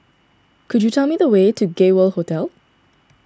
could you tell me the way to Gay World Hotel